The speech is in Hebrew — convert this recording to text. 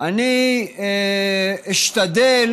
אני אשתדל